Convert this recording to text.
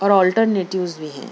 اور آلٹرنیٹیوز بھی ہیں